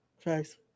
Thanks